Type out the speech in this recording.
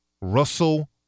Russell